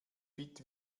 fit